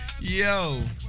Yo